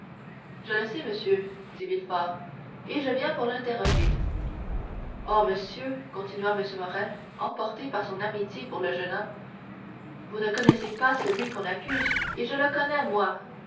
je le sais monsieur dit villefort et je viens pour l'interroger oh monsieur continua m morrel emporté par son amitié pour le jeune homme vous ne connaissez pas celui qu'on accuse et je le connais moi